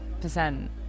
percent